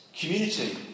Community